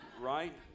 right